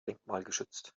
denkmalgeschützt